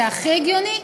זה הכי הגיוני,